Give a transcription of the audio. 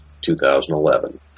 2011